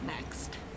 next